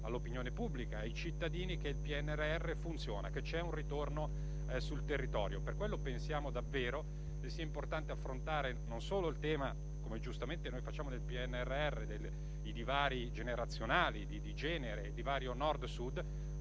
all'opinione pubblica e ai cittadini che il PNRR funziona, che c'è un ritorno sul territorio. Per ciò pensiamo davvero che sia importante affrontare non solo il tema, come giustamente facciamo nel PNRR, dei divari generazionali, di genere e tra Nord e Sud,